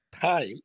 time